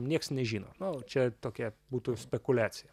nieks nežino nu čia tokia būtų spekuliacija